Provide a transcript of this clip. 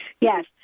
Yes